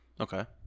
Okay